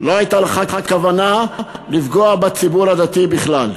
לא הייתה לך כוונה לפגוע בציבור הדתי בכלל.